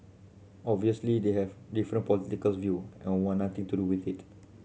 obviously they have different political view and want nothing to do with it